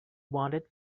wanted